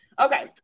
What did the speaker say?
okay